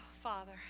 Father